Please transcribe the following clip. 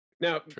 Now